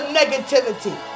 negativity